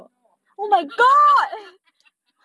no